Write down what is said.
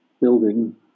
building